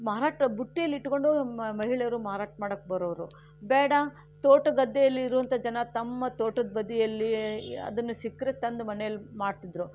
ಮಾರಾಟ ಬುಟ್ಟಿಯಲ್ಲಿ ಇಟ್ಟುಕೊಂಡು ಮ ಮಹಿಳೆಯರು ಮಾರಾಟ ಮಾಡಕ್ಕೆ ಬರೋರು ಬೇಡ ತೋಟ ಗದ್ದೇಲಿರೋವಂಥ ಜನ ತಮ್ಮ ತೋಟದ ಬದಿಯಲ್ಲಿಯೇ ಅದನ್ನು ಸಿಕ್ಕರೆ ತಂದು ಮನೇಲಿ ಮಾಡ್ತಿದ್ರು